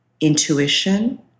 intuition